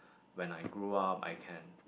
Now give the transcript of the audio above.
when I grow up I can